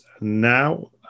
now